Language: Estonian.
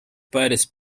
päris